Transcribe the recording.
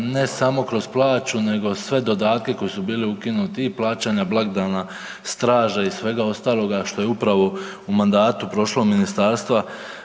ne samo kroz plaću nego sve dodatke koji su bili ukinuti, i plaćanja blagdana, straže i svega ostaloga što je upravo u mandatu prošlog Ministarstva